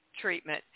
treatment